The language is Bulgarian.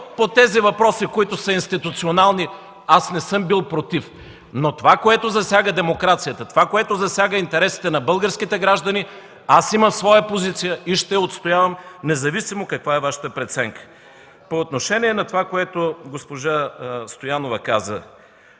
по тези въпроси, които са институционални не съм бил против, но това, което засяга демокрацията, това което засяга интересите на българските граждани, имам своя позиция и ще я отстоявам, независимо каква е Вашата преценка. По отношение на това, което госпожа Стоянова каза.